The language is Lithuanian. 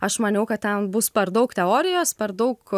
aš maniau kad ten bus per daug teorijos per daug